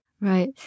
Right